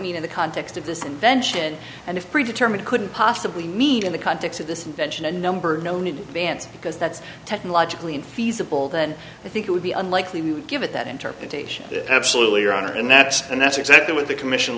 mean in the context of this invention and if pre determined could possibly need in the context of this invention a number known in advance because that's technologically unfeasible then i think it would be unlikely we would give it that interpretation absolutely your honor and that's and that's exactly what the commission